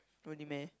really meh